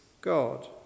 God